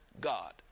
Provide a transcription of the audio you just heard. God